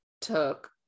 took